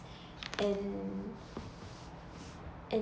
and and